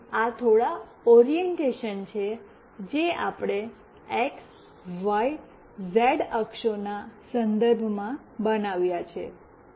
તેથી આ થોડા ઓરિએંટેશન છે જે આપણે એક્સ વાય ઝેડ અક્ષોના સંદર્ભમાં બનાવ્યા છે